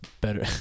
better